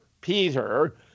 Peter